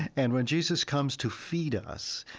and when jesus comes to feed us,